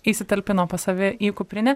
įsitalpino pas save į kuprinę